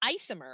isomer